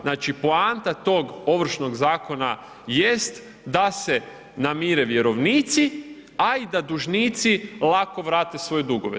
Znači poanta tog ovršnog zakona jest da se namire vjerovnici a i da dužnici lako vrate svoje dugove.